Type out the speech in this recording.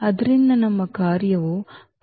ಆದ್ದರಿಂದ ನಮ್ಮ ಕಾರ್ಯವು ಕೊಡಲಿಯಂತೆ